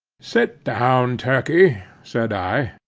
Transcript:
sit down, turkey, said i,